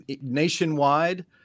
nationwide